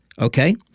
Okay